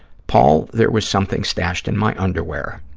paul, there was something stashed in my underwear.